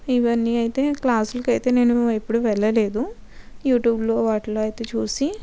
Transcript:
ఇవన్నీ అయితే క్లాసులకు అయితే నేను ఎప్పుడు వెళ్ళలేదు యూట్యూబ్లో వాటిలో అయితే చూసి